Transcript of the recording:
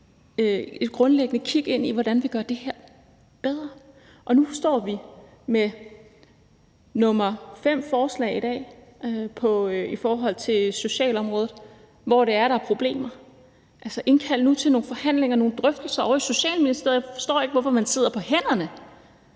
et grundlæggende kig ind i, hvordan vi gør det her bedre. Og nu står vi med det femte forslag i dag på socialområdet, hvor det er, at der er problemer. Altså, indkald nu til nogle forhandlinger og nogle drøftelser ovre i Socialministeriet. Jeg forstår ikke, hvorfor man sidder på hænderne,